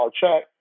check